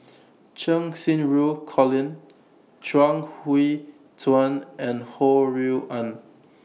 Cheng Xinru Colin Chuang Hui Tsuan and Ho Rui An